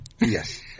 Yes